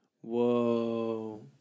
Whoa